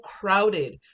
crowded